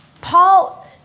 Paul